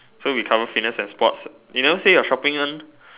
so we cover fitness and sports you didn't say your shopping one